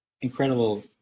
incredible